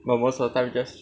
but most of the time just